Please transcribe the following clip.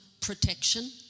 protection